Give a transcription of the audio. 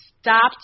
stopped